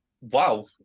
wow